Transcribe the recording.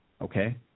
okay